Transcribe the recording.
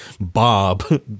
bob